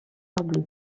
bleue